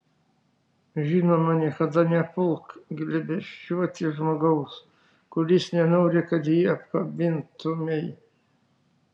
žinoma niekada nepulk glėbesčiuoti žmogaus kuris nenori kad jį apkabintumei